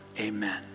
amen